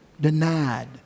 denied